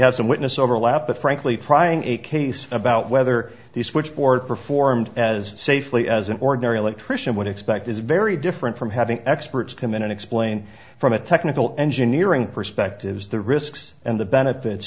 have some witness overlap but frankly trying a case about whether the switchboard performed as safely as an ordinary electrician would expect is very different from having experts come in and explain from a technical engineering perspectives the risks and the benefits